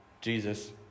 Jesus